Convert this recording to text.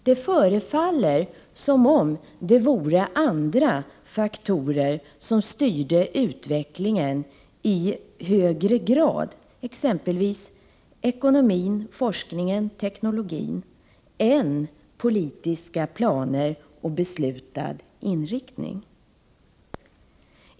Det förefaller som om det vore andra faktorer som styrde utvecklingen i högre grad — exempelvis ekonomin, forskningen och teknologin — än politiska planer och beslutad inriktning.